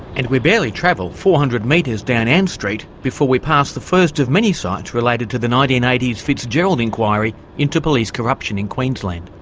and we barely travel four hundred metres down ann st before we pass the first of many sites related to the nineteen eighty s fitzgerald inquiry into police corruption in queensland.